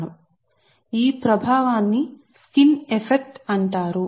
మరియు ఈ ప్రభావాన్ని స్కిన్ ఎఫెక్ట్ అంటారు